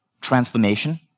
transformation